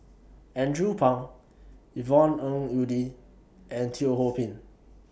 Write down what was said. Andrew Phang Yvonne Ng Uhde and Teo Ho Pin